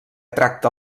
tracta